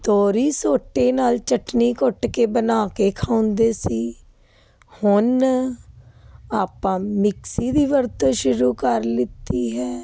ਤੋਰੀ ਸੋਟੇ ਨਾਲ ਚਟਨੀ ਕੁੱਟ ਕੇ ਬਣਾ ਕੇ ਖਾਂਦੇ ਸੀ ਹੁਣ ਆਪਾਂ ਮਿਕਸੀ ਦੀ ਵਰਤੋਂ ਸ਼ੁਰੂ ਕਰ ਲਿੱਤੀ ਹੈ